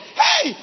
hey